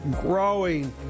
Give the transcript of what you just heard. growing